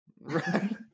right